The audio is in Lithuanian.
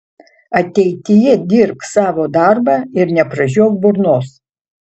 ateityje dirbk savo darbą ir nepražiok burnos